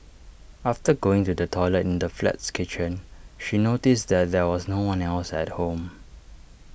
after going to the toilet in the flat's kitchen she noticed that there was no one else at home